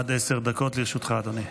עד עשר דקות לרשותך, אדוני.